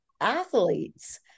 athletes